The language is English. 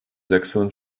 excellent